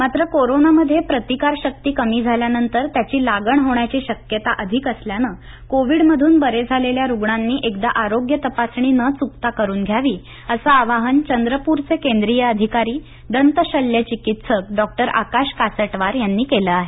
मात्र कोरोनामध्ये रोगप्रतिकारशक्ती कमी झाल्यानंतर त्याची लागण होण्याची शक्यता अधिक असल्यानं कोविडमधून बरे झालेल्या रुग्णांनी एकदा आरोग्य तपासणी न चुकता करून घ्यावी असं आवाहन चंद्रपूरचे केंद्रीय अधिकारी दंतशल्यचिकित्सक डॉक्टर आकाश कासटवार यांनी केले आहे